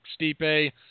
Stipe